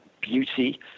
beauty